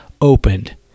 opened